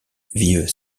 vivent